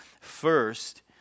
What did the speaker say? First